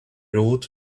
rode